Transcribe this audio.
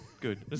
good